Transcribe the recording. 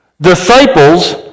Disciples